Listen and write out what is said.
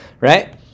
Right